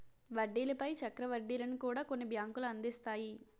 వడ్డీల పై చక్ర వడ్డీలను కూడా కొన్ని బ్యాంకులు అందిస్తాయి